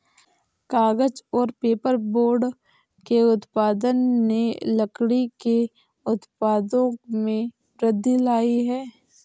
कागज़ और पेपरबोर्ड के उत्पादन ने लकड़ी के उत्पादों में वृद्धि लायी है